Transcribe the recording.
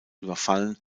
überfallen